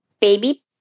baby